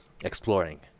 exploring